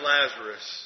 Lazarus